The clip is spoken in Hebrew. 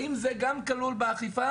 האם זה גם כלול באכיפה,